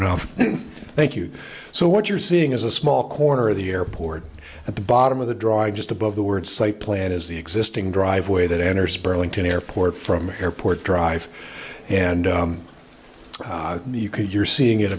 enough thank you so what you're seeing is a small corner of the airport at the bottom of the draw just above the word site plan is the existing driveway that enters burlington airport from airport drive and you could you're seeing it